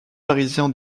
parisien